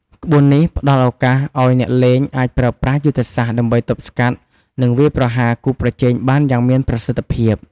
ក្បួននេះផ្តល់ឱកាសឲ្យអ្នកលេងអាចប្រើប្រាស់យុទ្ធសាស្ត្រដើម្បីទប់ស្កាត់ និងវាយប្រហារគូប្រជែងបានយ៉ាងមានប្រសិទ្ធភាព។